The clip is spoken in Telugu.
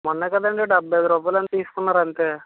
మొన్నే కదండి డెబ్బై ఐదు రూపాయలేమో తీసుకున్నారంతే